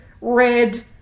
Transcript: red